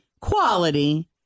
quality